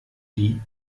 die